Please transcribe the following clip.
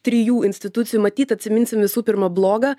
trijų institucijų matyt atsiminsim visų pirma blogą